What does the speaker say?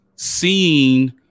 seeing